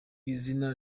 izina